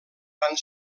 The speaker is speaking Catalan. van